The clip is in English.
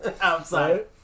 outside